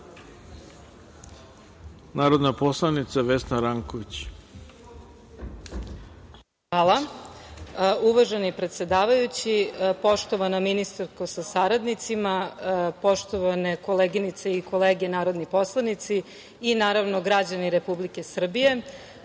ima reč. **Vesna Ranković** Hvala. Uvaženi predsedavajući, poštovana ministarko sa saradnicima, poštovane koleginice i kolege narodni poslanici i naravno građani Republike Srbije,